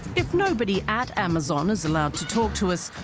if nobody at amazon is allowed to talk to us,